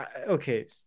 okay